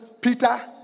Peter